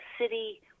city